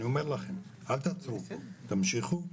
אל תעצרו תמשיכו.